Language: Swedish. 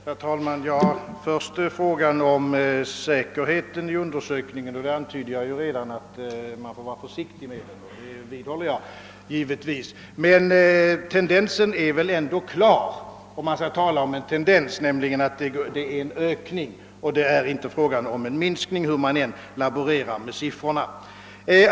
Herr talman! Beträffande frågan om säkerheten i undersökningen vill jag först säga, att jag redan tidigare antydde att man får vara försiktig vid bedömningen av den, och det vidhåller jag givetvis. Men tendensen — om man kan tala om en sådan — visar väl ändå mot en ökning av skuldsättningen, inte mot en minskning av den, hur man än laborerar med siffrorna.